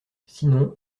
sinon